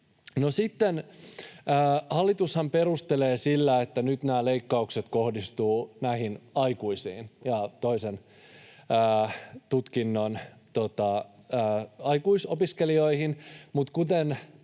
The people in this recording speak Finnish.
Hallitushan perustelee tätä sillä, että nyt nämä leikkaukset kohdistuvat aikuisiin ja toisen tutkinnon aikuisopiskelijoihin,